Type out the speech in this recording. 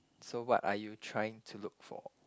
so what are you trying to look for